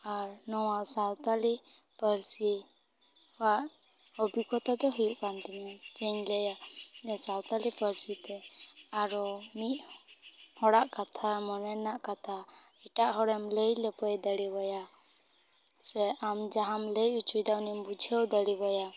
ᱟᱨ ᱱᱚᱣᱟ ᱥᱟᱶᱛᱟᱞᱤ ᱯᱟᱹᱨᱥᱤ ᱟᱜ ᱚᱵᱷᱤᱜᱽᱜᱚᱛᱟ ᱫᱚ ᱦᱩᱭᱩᱜ ᱠᱟᱱ ᱛᱤᱧᱟᱹ ᱪᱮᱫ ᱤᱧ ᱞᱟᱹᱭᱟ ᱥᱟᱶᱛᱟᱞᱤ ᱯᱟᱹᱨᱥᱤ ᱛᱮ ᱟᱨᱚ ᱢᱤᱫ ᱦᱚᱲᱟᱜ ᱠᱟᱛᱷᱟ ᱢᱚᱱᱮ ᱨᱮᱱᱟᱜ ᱠᱟᱛᱷᱟ ᱮᱴᱟᱜ ᱦᱚᱲᱮᱢ ᱞᱟᱹᱭ ᱞᱟᱹᱯᱟᱹᱭ ᱫᱟᱲᱮᱣᱟᱭᱟ ᱥᱮ ᱟᱢ ᱡᱟᱦᱟᱸᱢ ᱞᱟᱹᱭ ᱚᱪᱚᱭᱮᱫᱟ ᱩᱱᱤᱢ ᱵᱩᱡᱷᱟᱹᱣ ᱫᱟᱲᱮᱣᱟᱭᱟ